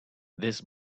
this